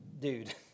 Dude